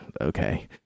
Okay